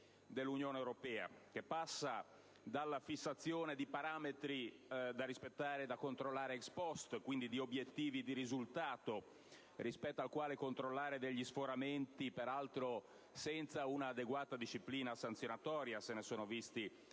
dell'Unione europea, che passa dalla fissazione di parametri da rispettare e da controllare *ex post*, e quindi da obiettivi di risultato, rispetto al quale controllare gli sforamenti - peraltro senza un'adeguata disciplina sanzionatoria, e se ne sono visti